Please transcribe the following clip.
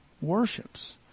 worships